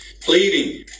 pleading